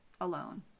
alone